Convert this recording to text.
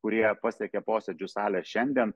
kurie pasiekė posėdžių salę šiandien